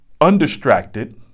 undistracted